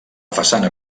façana